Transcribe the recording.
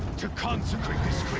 to consecrate this great